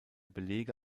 belege